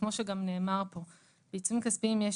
כמו שנאמר כאן שלעיצומים כספיים יש